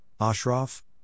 Ashraf